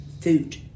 food